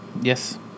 Yes